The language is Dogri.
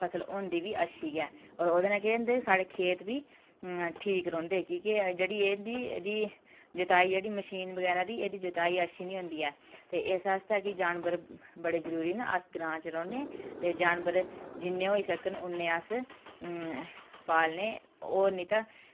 फसल होंदी बी अच्छी ऐ ओह्दे कन्नै केह् होंदे साढ़े खेत बी ठीक रौहंदे की के जेह्की एह्दी जुताई जेह्ड़ी मशीन बगैरा दी एह्दी जुताई अच्छी निं होंदी ऐ ते इस आस्तै की जानवर बड़े जरूरी न कि अस ग्रांऽ च रौह्ने ते जानवर जिन्ने होई सकन अस पालने होर निं तां